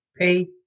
Pay